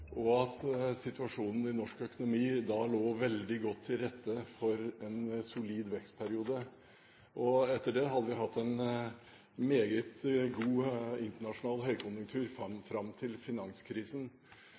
og at situasjonen i norsk økonomi da lå veldig godt til rette for en solid vekstperiode. Etter det har vi hatt en meget god internasjonal høykonjunktur